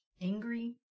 angry